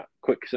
quick